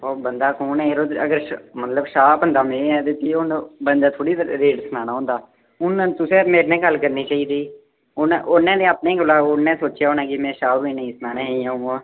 ओह् बंदा कु'न ऐ यरो अगर मतलब शाह् बंदा में आं ते भी हून बंदे थोह्ड़ी रेट सनाना होंदा हून में तुसें गर मेरे ने गल्ल करनी चाहिदी ई उ'नें उ'नें ते अपने कोला उ'ने सोच्चेआ होना कि में शाह् होरें गी नेईं सनाना ऐ इ'यां उ'यां